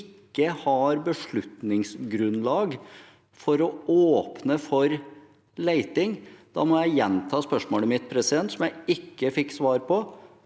ikke har beslutningsgrunnlag for å åpne for leting, må jeg gjenta spørsmålet mitt, som jeg ikke fikk svar på: